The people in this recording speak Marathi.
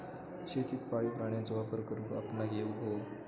शेतीत पाळीव प्राण्यांचो वापर करुक आपणाक येउक हवो